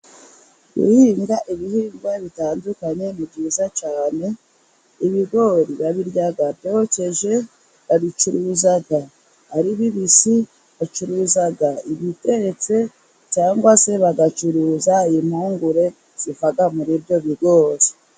Guhinga ibihingwa bitandukanye ni byiza cyane ibigori babirya byokeje, babicuruza ari bibisi, bacuruza ibitetse cyangwa se bagacuruza impungure ziva muri ibyo bigori.